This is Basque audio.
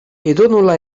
edonola